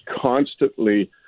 constantly